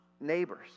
neighbors